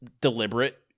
deliberate